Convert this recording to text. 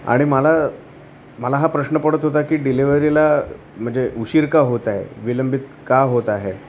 आणि मला मला हा प्रश्न पडत होता की डिलेिवरीला म्हणजे उशीर का होत आहे विलंबित का होत आहे